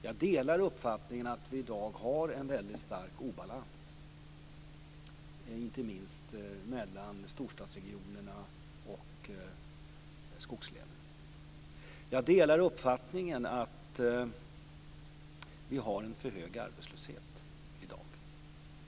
Jag delar uppfattningen att vi i dag har en väldigt stor obalans, inte minst mellan storstadsregionerna och skogslänen. Jag delar uppfattningen att vi har en för hög arbetslöshet i dag.